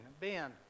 Ben